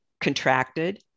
contracted